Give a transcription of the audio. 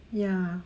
ya